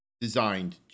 designed